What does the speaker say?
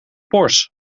porsche